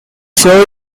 show